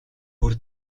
бүр